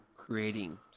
creating